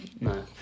No